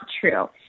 true